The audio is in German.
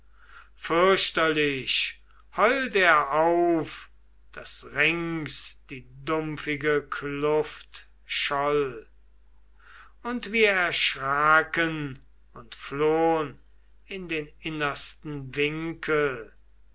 fürchterlich heult er auf daß rings die dumpfige kluft scholl und wir erschraken und flohn in den innersten winkel